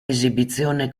esibizione